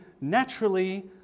naturally